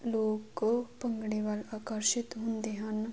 ਲੋਕ ਉਹ ਭੰਗੜੇ ਵੱਲ ਆਕਰਸ਼ਿਤ ਹੁੰਦੇ ਹਨ